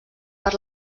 per